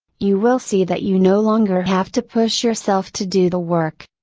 you will see that you no longer have to push yourself to do the work.